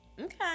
Okay